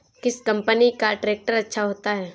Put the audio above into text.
किस कंपनी का ट्रैक्टर अच्छा होता है?